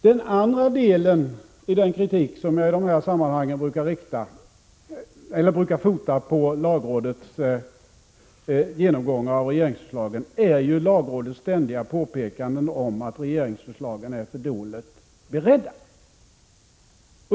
Den andra delen i den kritik som jag i dessa sammanhang brukar fota på lagrådets genomgång av regeringsförslagen är lagrådets ständiga påpekanden om att regeringsförslagen är för dåligt beredda.